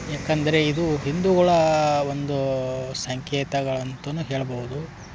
ಏಕಂದ್ರೆ ಇದು ಹಿಂದೂಗಳ ಒಂದು ಸಂಕೇತಗಳಂತಲೂ ಹೇಳಬಹ್ದು